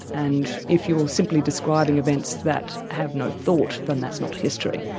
and if you're simply describing events that have no thought, then that's not history.